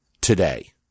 today